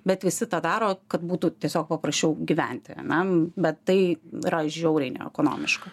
bet visi tą daro kad būtų tiesiog paprasčiau gyventi ane bet tai yra žiauriai neekonomiška